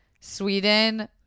Sweden